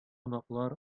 кунаклар